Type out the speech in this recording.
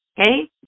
Okay